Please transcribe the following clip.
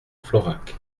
florac